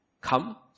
Come